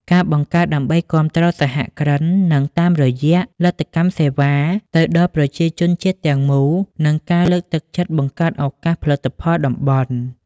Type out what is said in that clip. ការបង្កើតដើម្បីគាំទ្រសហគ្រិននិងតាមរយៈលទ្ធកម្មសេវាទៅដល់ប្រជាជនជាតិទាំងមូល និងការលើកទឹកចិត្តបង្កើតឱកាសផលិតផលតំបន់។